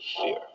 fear